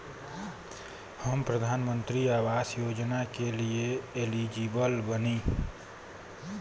हम प्रधानमंत्री आवास योजना के लिए एलिजिबल बनी?